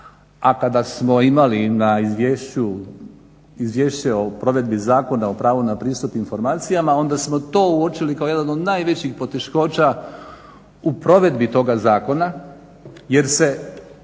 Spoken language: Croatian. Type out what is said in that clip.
a kada smo imali Izvješće o provedbi Zakona o pravu na pristup informacijama onda smo to uočili kao jednu od najvećih poteškoća u provedbi toga zakona jer se